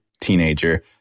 teenager